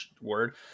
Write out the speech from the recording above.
Word